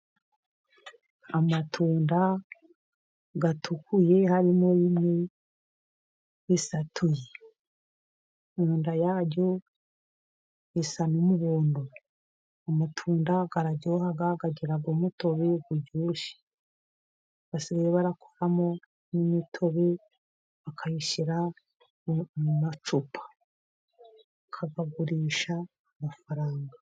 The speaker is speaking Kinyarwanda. Amatunda atukuye, harimo rimwe risatuye . Mu nda yaryo , risa n'umuhondo . Amatunda, araryoha. Agira umutobe uryoshye. Basigaye bakoramo n'imitobe, bakayishyira mu macupa bakayigurisha amafaranga .